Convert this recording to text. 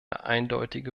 eindeutige